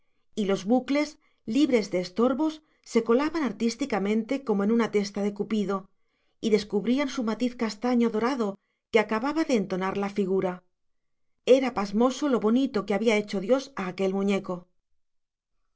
y los bucles libres de estorbos se colocaban artísticamente como en una testa de cupido y descubrían su matiz castaño dorado que acababa de entonar la figura era pasmoso lo bonito que había hecho dios a aquel muñeco